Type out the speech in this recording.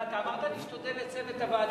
אתה אמרת לי שתודה לצוות הוועדה.